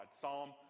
Psalm